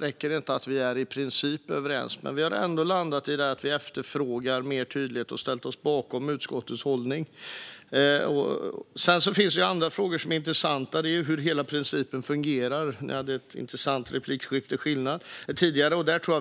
Räcker det inte att vi är i princip överens? Vi har ändå landat i att efterfråga mer tydlighet och därför ställt oss bakom utskottets hållning. Det finns andra intressanta frågor, som hur hela principen fungerar. Det var ett intressant replikskifte tidigare.